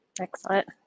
Excellent